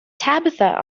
tabitha